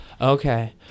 Okay